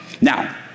Now